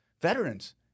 veterans